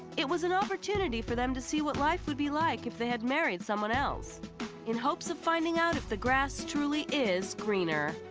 it was an opportunity for them to see what life would be like if they had married someone else in hopes of finding out if the grass truly is greener.